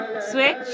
switch